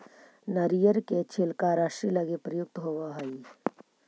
नरियर के छिलका रस्सि लगी प्रयुक्त होवऽ हई